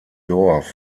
dorf